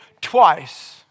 twice